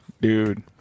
Dude